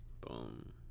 Boom